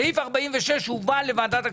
אישורים לעניין סעיף 46 הובאו לוועדת הכספים.